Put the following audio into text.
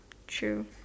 true